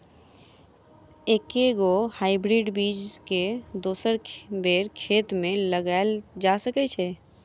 एके गो हाइब्रिड बीज केँ दोसर बेर खेत मे लगैल जा सकय छै?